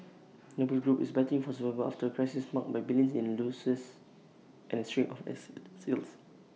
noble group is battling for survival after A crisis marked by billions in losses and A string of asset sales